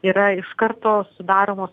yra iš karto sudaromos